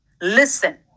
listen